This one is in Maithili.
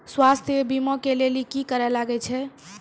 स्वास्थ्य बीमा के लेली की करे लागे छै?